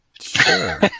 Sure